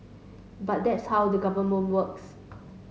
but that's how the Government works